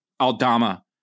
Aldama